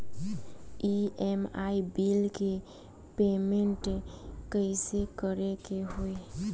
EMI bill के payment कइसे करे के होई?